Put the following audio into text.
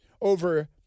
over